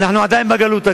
אנחנו עדיין בגלות,